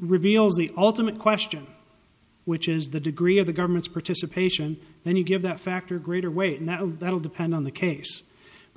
reveals the ultimate question which is the degree of the government's participation then you give that factor greater weight and that will depend on the case